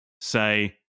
say